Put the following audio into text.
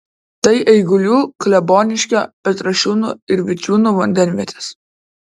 tai eigulių kleboniškio petrašiūnų ir vičiūnų vandenvietės